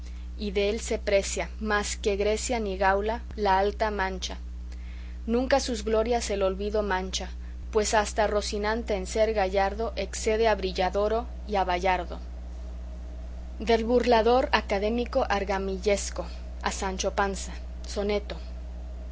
y dél se precia más que grecia ni gaula la alta mancha nunca sus glorias el olvido mancha pues hasta rocinante en ser gallardo excede a brilladoro y a bayardo del burlador académico